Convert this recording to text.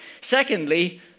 Secondly